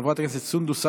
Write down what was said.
חברת הכנסת סונדוס סאלח,